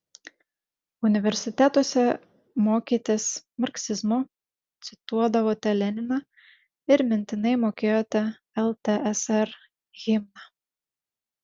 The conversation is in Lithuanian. universitetuose mokėtės marksizmo cituodavote leniną ir mintinai mokėjote ltsr himną